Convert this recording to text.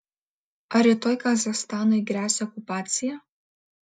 ar rytoj kazachstanui gresia okupacija